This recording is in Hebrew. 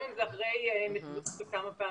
גם אם זה אחרי שימושים של כמה פעמים.